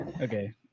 okay